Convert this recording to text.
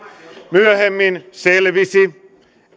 myöhemmin selvisi